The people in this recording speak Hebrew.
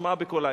שמע בקולה".